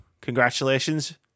congratulations